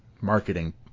marketing